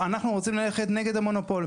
אנחנו רוצים ללכת נגד המונופול.